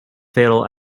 fatal